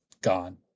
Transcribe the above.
gone